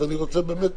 אז אני רוצה באמת